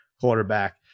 quarterback